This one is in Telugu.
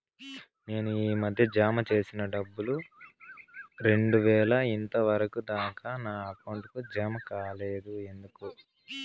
నేను ఈ మధ్య జామ సేసిన డబ్బులు రెండు వేలు ఇంతవరకు దాకా నా అకౌంట్ కు జామ కాలేదు ఎందుకు?